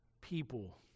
people